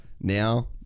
now